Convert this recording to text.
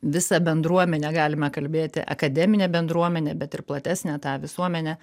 visą bendruomenę galime kalbėti akademinę bendruomenę bet ir platesnę tą visuomenę